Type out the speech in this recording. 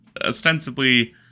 ostensibly